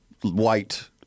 white